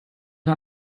got